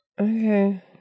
Okay